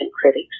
critics